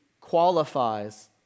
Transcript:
qualifies